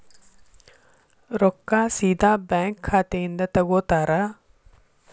ರೊಕ್ಕಾ ಸೇದಾ ಬ್ಯಾಂಕ್ ಖಾತೆಯಿಂದ ತಗೋತಾರಾ?